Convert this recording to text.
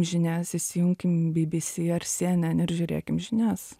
žinias įsijunkime bbc ar cnn ir žiūrėkim žinias